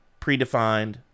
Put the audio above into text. predefined